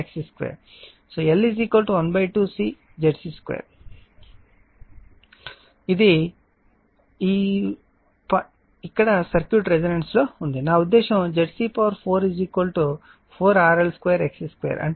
l 12 C ZC 2 వద్ద circuit resonance లో ఉంది నా ఉద్దేశ్యం ZC4 4 RL 2 XC 2 అంటే ఈ పదం 0